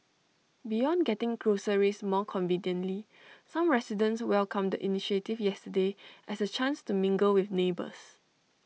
beyond getting groceries more conveniently some residents welcomed the initiative yesterday as A chance to mingle with neighbours